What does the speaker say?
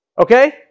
okay